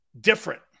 different